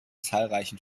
zahlreichen